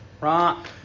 right